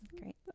great